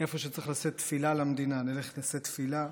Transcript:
איפה שצריך לשאת תפילה למדינה, נלך לשאת תפילה.